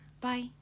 bye